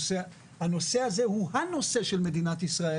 הנושא הזה הוא הנושא של מדינת ישראל,